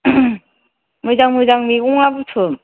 मोजां मोजां मैगंआ बुथुम